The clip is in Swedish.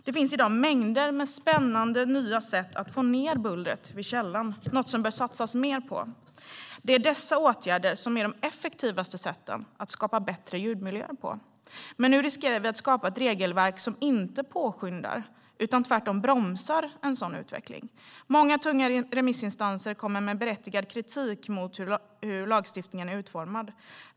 Det finns i dag mängder av spännande nya sätt att få ned bullret vid källan, något som det bör satsas mer på. Det är dessa åtgärder som är de effektivaste sätten att skapa bättre ljudmiljöer på. Nu riskerar vi att skapa ett regelverk som inte påskyndar utan tvärtom bromsar en sådan utveckling. Många tunga remissinstanser kommer med berättigad kritik mot hur lagstiftningen är utformad.